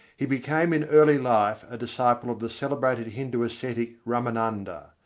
he became in early life a disciple of the celebrated hindu ascetic ramananda.